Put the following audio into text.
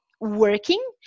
working